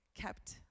kept